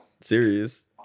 Serious